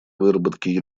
выработки